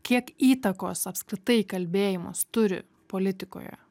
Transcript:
kiek įtakos apskritai kalbėjimas turi politikoje